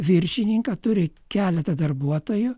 viršininką turi keletą darbuotojų